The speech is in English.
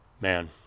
Man